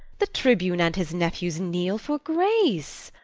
the tribune and his nephews kneel for grace.